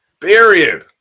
period